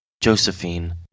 Josephine